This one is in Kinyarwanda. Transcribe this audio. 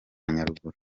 nyaruguru